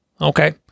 okay